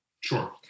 Sure